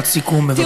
משפט סיכום, בבקשה.